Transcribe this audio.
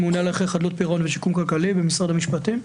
ממונה על הליכי חדלות פירעון ושיקום כלכלי במשרד המשפטים.